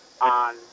on